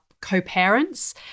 co-parents